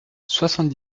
soixante